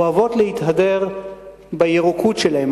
אוהבות להתהדר בירוקות שלהם.